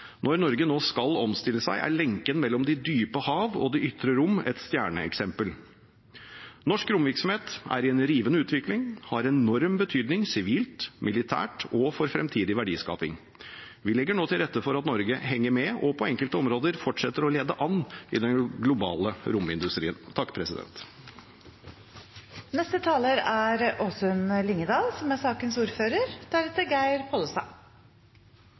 Når Norge nå skal omstille seg, er lenken mellom de dype hav og det ytre rom et stjerneeksempel. Norsk romvirksomhet er i en rivende utvikling og har enorm betydning sivilt, militært og for fremtidig verdiskaping. Vi legger nå til rette for at Norge henger med og på enkelte områder fortsetter å lede an i den globale romindustrien.